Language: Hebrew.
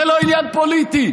זה לא עניין פוליטי,